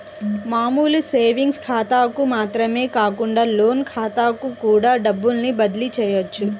మామూలు సేవింగ్స్ ఖాతాలకు మాత్రమే కాకుండా లోన్ ఖాతాలకు కూడా డబ్బుని బదిలీ చెయ్యొచ్చు